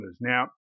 now